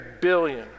billion